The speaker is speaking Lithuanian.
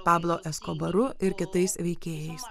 pablo eskobaru ir kitais veikėjais